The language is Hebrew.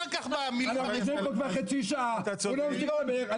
אחר כך --- אנחנו יושבים פה כבר חצי שעה ולא נותנים לדבר.